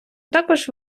також